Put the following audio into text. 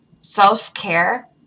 self-care